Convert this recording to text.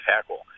tackle